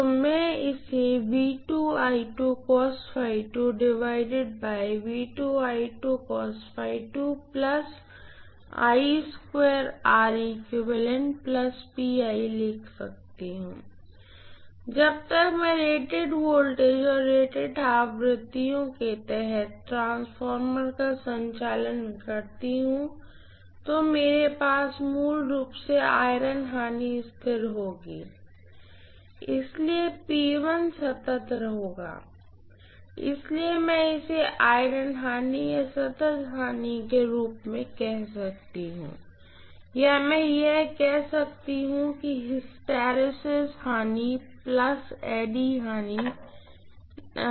तो मैं इसे लिख सकती हूँ जब तक मैं रेटेड वोल्टेज और रेटेड आवृत्तियों के तहत ट्रांसफार्मर का संचालन करती हूँ तो मेरे पास मूल रूप से आयरन लॉस स्थिर होगी इसलिए सतत होगा इसलिए मैं इसे आयरन लॉस या सतत लॉस के रूप में कह सकती हूँ या मैं यह कह सकती हूँ hysteresis loss plus eddy current loss है